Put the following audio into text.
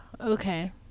Okay